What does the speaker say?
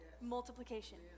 Multiplication